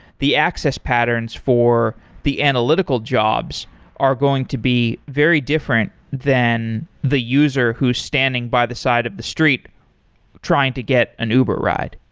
the access patterns for the analytical jobs are going to be very different than the user who's standing by the side of the street trying to get an uber ride.